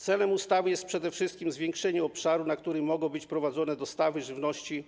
Celem ustawy jest przede wszystkim zwiększenie obszaru, na którym mogą być prowadzone dostawy żywności